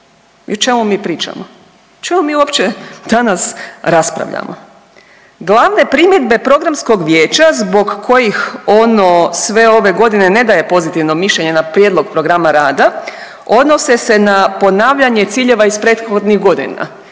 I o čemu mi pričamo? O čemu mi uopće danas raspravljamo? Glavne primjedbe programskog vijeća zbog kojih ono sve ove godine ne daje pozitivno mišljenje na prijedlog programa rada odnose se na ponavljanje ciljeva iz prethodnih godina